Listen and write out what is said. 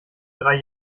drei